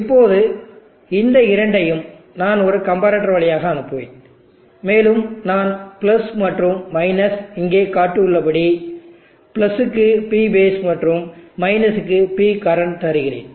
இப்போது இந்த இரண்டையும் நான் ஒரு கம்பரட்டர் வழியாக அனுப்புவேன் மேலும் நான் மற்றும் இங்கே காட்டப்பட்டுள்ளபடி க்கு P பேஸ் மற்றும் க்கு P கரண்ட்தருகிறேன்